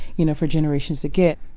you know, for generations to get.